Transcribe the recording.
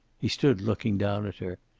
he stood looking down at her,